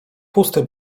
pusty